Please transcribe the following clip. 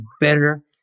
better